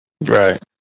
Right